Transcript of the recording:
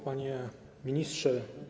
Panie Ministrze!